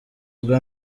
bwa